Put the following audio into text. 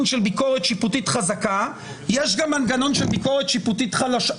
של ביקורת שיפוטית חזקה יש גם מנגנון של ביקורת שיפוטית חלשה.